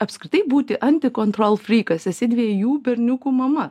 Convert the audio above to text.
apskritai būti antikontrol fri kas esi dviejų berniukų mama